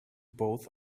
both